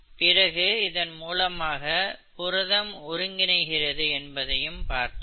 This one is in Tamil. பிறகு இதன் மூலமாக புரதம் ஒருங்கிணைக்கிறது என்பதையும் பார்த்தோம்